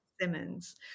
Simmons